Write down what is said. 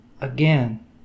again